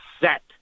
set